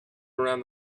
around